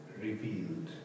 revealed